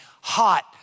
hot